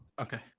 Okay